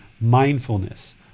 mindfulness